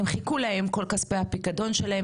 נמחקו להם כל כספי הפיקדון שלהם,